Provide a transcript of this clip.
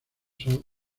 son